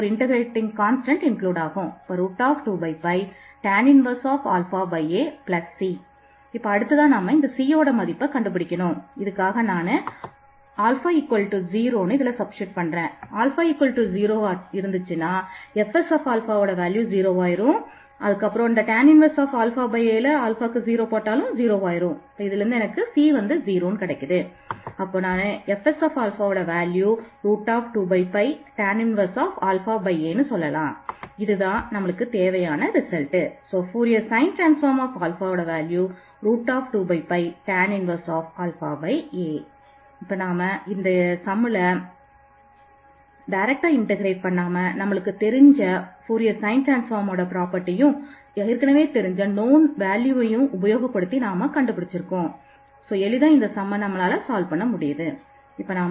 இதற்கு நாம் நேரடியாக தீர்வு கண்டு பிடிக்கலாம்